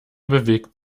bewegt